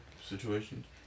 situations